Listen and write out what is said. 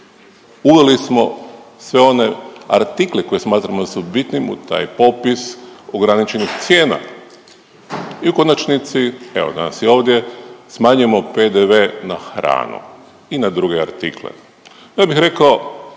uveli smo sve one artikle koje smatramo da su bitni u taj popis ograničenih cijena i u konačnici evo danas je ovdje, smanjujemo PDV na hranu i na druge artikle. Ja bih rekao